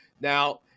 Now